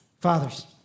Fathers